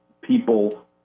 people